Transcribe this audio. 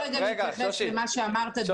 אני רוצה רגע להתייחס למה שאמרת, דודי.